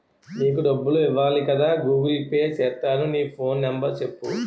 నీకు డబ్బులు ఇవ్వాలి కదా గూగుల్ పే సేత్తాను నీ ఫోన్ నెంబర్ సెప్పు